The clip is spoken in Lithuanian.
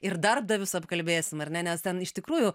ir darbdavius apkalbėsim ar ne nes ten iš tikrųjų